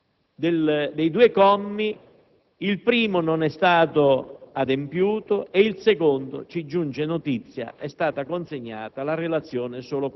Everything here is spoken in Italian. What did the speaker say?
Il successivo comma 5 disponeva che entro il 30 settembre il Governo era tenuto a presentare una relazione dove avrebbe evidenziato